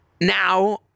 Now